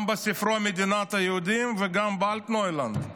גם בספרו מדינת היהודים וגם באלטנוילנד.